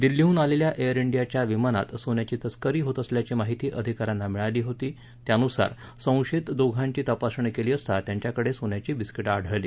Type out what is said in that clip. दिल्लीहून आलेल्या एअर इंडीयाच्या विमानात सोन्याची तस्करी होत असल्याची माहिती अधिकाऱ्यांना मिळाली होती त्यानुसार संशयित दोघांची तपासणी केली असता त्यांच्याकडे सोन्याची बिस्कीटे आढळली